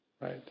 right